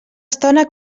estona